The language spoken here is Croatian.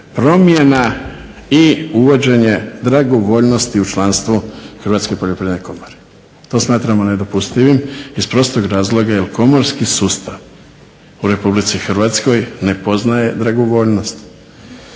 promjena i uvođenje dragovoljnosti u članstvo Hrvatske poljoprivredne komore. To smatramo nedopustivim iz prostog razloga jer komorski sustav u RH ne poznaje dragovoljnost.